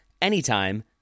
Anytime